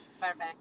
Perfect